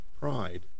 pride